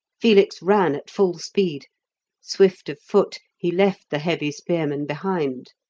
felix ran at full speed swift of foot, he left the heavy spearmen behind.